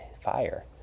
fire